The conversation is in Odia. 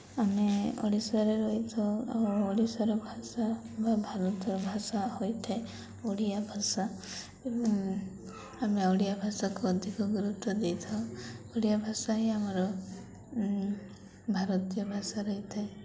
ଆମେ ଓଡ଼ିଶାରେ ରହିଥାଉ ଆଉ ଓଡ଼ିଶାର ଭାଷା ବା ଭାରତର ଭାଷା ହୋଇଥାଏ ଓଡ଼ିଆ ଭାଷା ଆମେ ଓଡ଼ିଆ ଭାଷାକୁ ଅଧିକ ଗୁରୁତ୍ୱ ଦେଇଥାଉ ଓଡ଼ିଆ ଭାଷା ହିଁ ଆମର ଭାରତୀୟ ଭାଷା ରହିଥାଏ